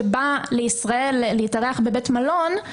שבא להתארח בבית מלון,